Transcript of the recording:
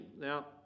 now